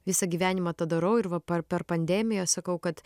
visą gyvenimą tą darau ir va par per pandemiją sakau kad